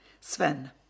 Sven